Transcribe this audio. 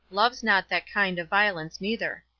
loves not that kind of violence neither.